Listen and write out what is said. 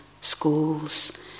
schools